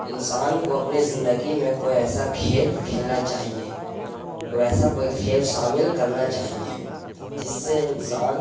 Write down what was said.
انسان کو اپنی زندگی میں کوئی ایسا کھیل کھیلنا چاہیے ویسا کوئی کھیل شامل کرنا چاہیے جس سے انسان